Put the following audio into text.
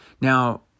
now